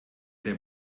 der